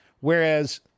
Whereas